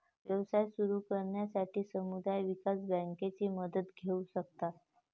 व्यवसाय सुरू करण्यासाठी समुदाय विकास बँकेची मदत घेऊ शकता